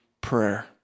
prayer